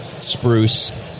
spruce